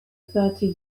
thirty